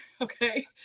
okay